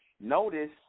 Notice